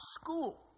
school